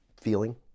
feeling